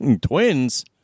Twins